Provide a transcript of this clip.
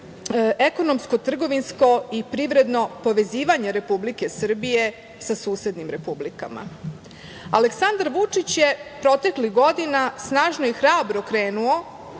ekonomsko-trgovinsko i privredno povezivanje Republike Srbije sa susednim republikama. Aleksandar Vučić je proteklih godina snažno i hrabro krenuo